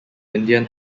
indian